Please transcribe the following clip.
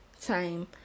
time